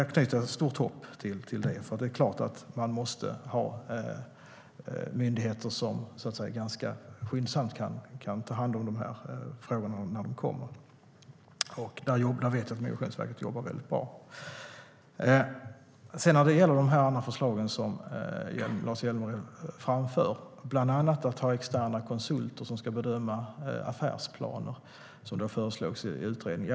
Jag har stora förhoppningar i fråga om det. Det är klart att man måste ha myndigheter som ganska skyndsamt kan ta hand om dessa frågor när de kommer, och där vet jag att Migrationsverket jobbar mycket bra. Lars Hjälmered för fram även andra förslag, bland annat att man ska ha externa konsulter som ska bedöma affärsplaner, som det föreslogs i utredningen.